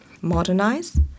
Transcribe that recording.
modernize